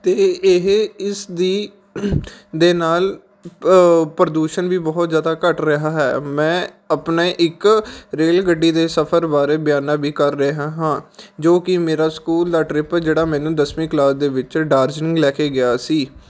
ਅਤੇ ਇ ਇਹ ਇਸ ਦੀ ਦੇ ਨਾਲ ਪ੍ਰਦੂਸ਼ਣ ਵੀ ਬਹੁਤ ਜ਼ਿਆਦਾ ਘੱਟ ਰਿਹਾ ਹੈ ਮੈਂ ਆਪਣੇ ਇੱਕ ਰੇਲ ਗੱਡੀ ਦੇ ਸਫਰ ਬਾਰੇ ਬਿਆਨ ਵੀ ਕਰ ਰਿਹਾ ਹਾਂ ਜੋ ਕਿ ਮੇਰਾ ਸਕੂਲ ਦਾ ਟਰਿਪ ਜਿਹੜਾ ਮੈਨੂੰ ਦਸਵੀਂ ਕਲਾਸ ਦੇ ਵਿੱਚ ਡਾਰਜਲਿੰਗ ਲੈ ਕੇ ਗਿਆ ਸੀ